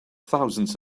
thousands